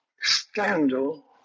scandal